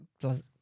plus